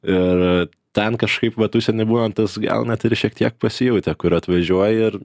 ir ten kažkaip vat užsieny būnant tas gal net ir šiek tiek pasijautė kur atvažiuoji ir